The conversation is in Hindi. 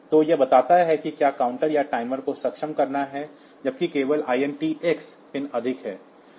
तो यह बताता है कि क्या काउंटर या टाइमर को सक्षम करना है जबकि केवल INT x पिन अधिक है